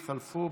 התחלפו.